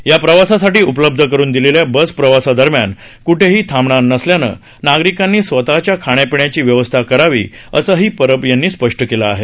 या प्रवासासाठी उपलब्ध करून दिलेल्या बस प्रवासादरम्यान कुठेही थांबणार नसल्यानं नागरिकांनी स्वतःच्या खाण्यापिण्याची व्यवस्था करावी असंही परब यांनी स्पष्ट केलं आहे